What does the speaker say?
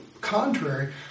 contrary